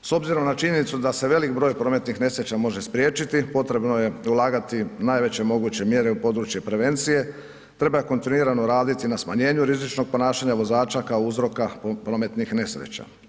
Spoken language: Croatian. S obzirom na činjenicu da se velik broj prometnih nesreća može spriječiti, potrebno je ulagati najveće moguće mjere u područje prevencije, treba kontinuirano raditi na smanjenju rizičnog ponašanja vozača kao uzroka prometnih nesreća.